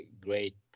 great